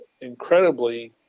incredibly